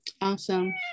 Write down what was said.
awesome